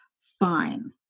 fine